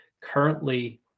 Currently